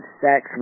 sex